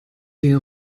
der